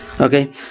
Okay